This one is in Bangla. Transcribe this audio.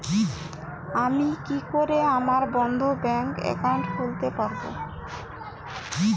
আমি কি করে আমার বন্ধ ব্যাংক একাউন্ট খুলতে পারবো?